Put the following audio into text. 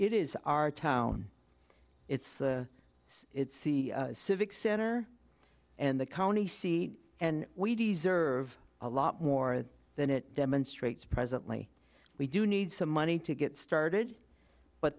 it is our town it's the civic center and the county seat and we deserve a lot more than it demonstrates presently we do need some money to get started but